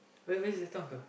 where's where's the store uncle